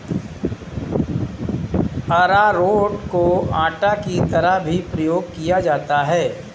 अरारोट को आटा की तरह भी प्रयोग किया जाता है